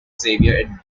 xavier